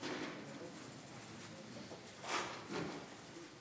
(חברי הכנסת מכבדים בקימה את צאת נשיא